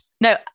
No